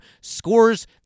scores